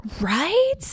right